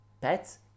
pets